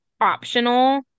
optional